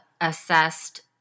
assessed